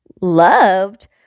loved